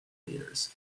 theatres